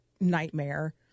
nightmare